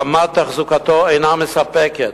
רמת תחזוקתו אינה מספקת,